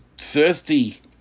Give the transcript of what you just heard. thirsty